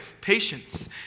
patience